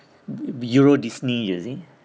eu~ euro Disney you see